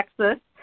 Texas